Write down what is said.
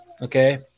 Okay